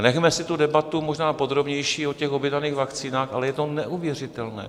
Nechme si tu debatu možná podrobnější o těch objednaných vakcínách, ale je to neuvěřitelné.